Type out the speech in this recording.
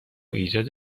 ایجاد